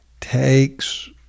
takes